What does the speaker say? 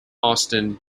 austin